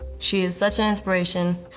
she is such an inspiration.